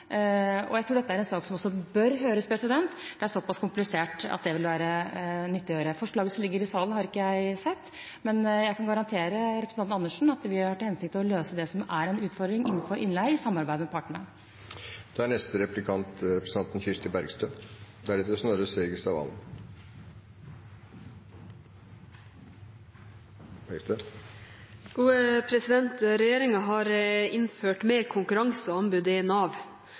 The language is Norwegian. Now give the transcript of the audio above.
og jeg tror dette er en sak som også bør høres. Det er såpass komplisert at det vil være nyttig. Forslaget som ligger i salen, har jeg ikke sett, men jeg kan garantere representanten Andersen at vi har til hensikt å løse det som er en utfordring med innleie, i samarbeid med partene. Regjeringen har innført mer konkurranse og anbud i Nav. Nav bruker nå private tjenestetilbydere for å få folk i jobb, også bemanningsbransjen for arbeidsformidling. Blant annet i